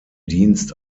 dienst